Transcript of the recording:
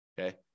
Okay